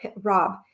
Rob